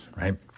right